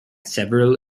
several